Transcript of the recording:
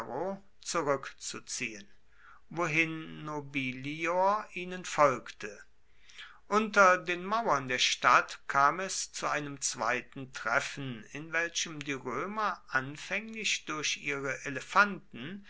zurückzuziehen wohin nobilior ihnen folgte unter den mauern der stadt kam es zu einem zweiten treffen in welchem die römer anfänglich durch ihre elefanten